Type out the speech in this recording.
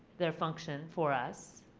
their function for us.